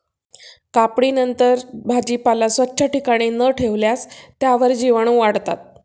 कापणीनंतर भाजीपाला स्वच्छ ठिकाणी न ठेवल्यास त्यावर जीवाणूवाढतात